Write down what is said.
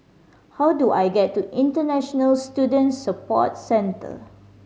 how do I get to International Student Support Centre